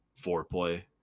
foreplay